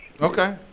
Okay